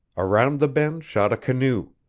around the bend shot a canoe.